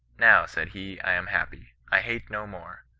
now said he, i am happy. i hate no more.